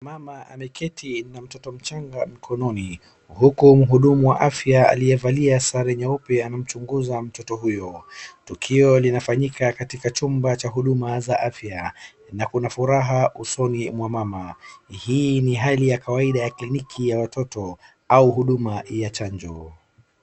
Mama ameketi na mtoto mchanga mkononi huku mhudumu wa afya aliyevalia sare nyeupe anamchunguza mtoto huyo. tukio linafanyika katika chumba cha huduma za afaya na kuna furaha usoni mwa mama. Hii ni hali ya kawaida ya kliniki ya watoto au huduma ya chanjo.